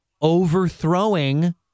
overthrowing